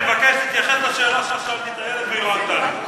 אני מבקש שתתייחס לשאלה ששאלתי את איילת והיא לא ענתה לי.